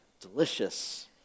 delicious